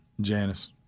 Janice